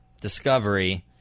discovery